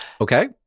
okay